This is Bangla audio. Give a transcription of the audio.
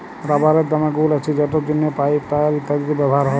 রাবারের দমে গুল্ আছে যেটর জ্যনহে পাইপ, টায়ার ইত্যাদিতে ব্যাভার হ্যয়